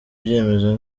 ibyemezo